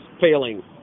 failing